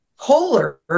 Polar